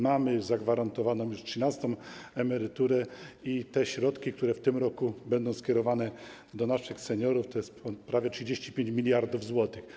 Mamy już zagwarantowaną 13. emeryturę i środki, które w tym roku będą skierowane do naszych seniorów, to jest prawie 35 mld zł.